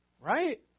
Right